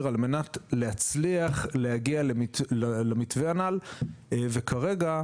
על מנת להצליח להגיע למתווה הנ"ל וכרגע,